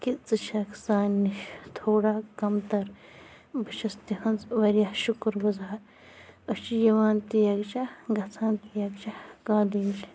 کہِ چھَکھ سانہِ نِش تھوڑا کَم تر بہٕ چھَس تِہنٛزۍ وارِیاہ شُکُر گُزار أسۍ چھِ یِوان تہِ یکجا گَژھان یکجا کالیج